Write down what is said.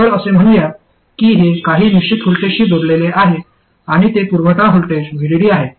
तर असे म्हणूया की हे काही निश्चित व्होल्टेजशी जोडलेले आहे आणि ते पुरवठा व्होल्टेज VDD आहे